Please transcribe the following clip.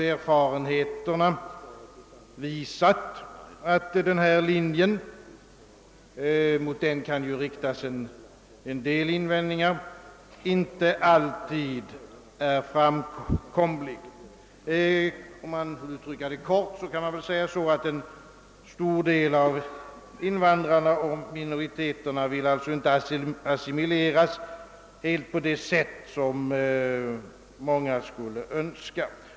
Erfarenheterna har emellertid nu visat, att det kan riktas en del invändningar mot denna linje och att den inte alltid är framkomlig. Kort uttryckt vill en stor del av invandrarna och minoriteterna inte assimileras helt på det sätt som många skulle önska.